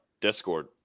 Discord